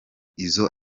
izo